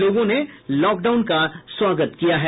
लोगों ने लॉकडाउन का स्वागत किया है